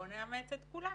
בוא נאמץ את כולה.